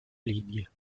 ligne